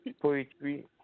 Poetry